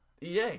EA